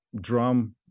drum